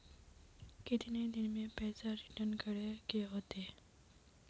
कितने दिन में पैसा रिटर्न करे के होते?